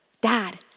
Dad